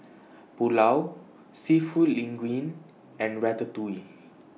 Pulao Seafood Linguine and Ratatouille